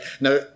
now